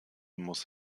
muss